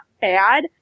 bad